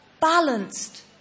balanced